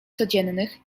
codziennych